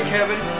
Kevin